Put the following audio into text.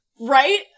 Right